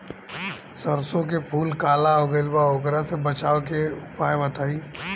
सरसों के फूल काला हो गएल बा वोकरा से बचाव के उपाय बताई?